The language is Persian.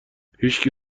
هیشکی